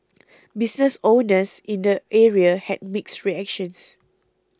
business owners in the area had mixed reactions